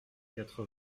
quatre